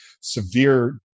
severe